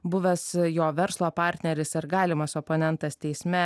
buvęs jo verslo partneris ir galimas oponentas teisme